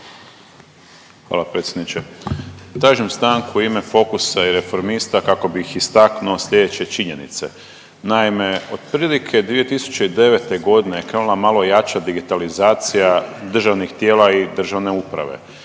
Hvala predsjedniče. Tražim stanku u ime Fokusa i Reformista kako bih istaknuo slijedeće činjenice. Naime otprilike 2009.g. krenula je malo jača digitalizacija državnih tijela i državne uprave,